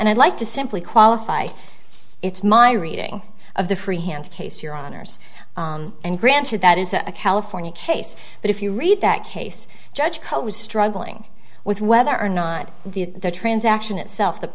and i'd like to simply qualify it's my reading of the freehand case your honors and granted that is a california case but if you read that case judge cole was struggling with whether or not the transaction itself the